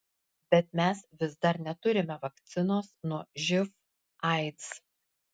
bet mes vis dar neturime vakcinos nuo živ aids